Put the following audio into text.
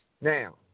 Now